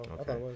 Okay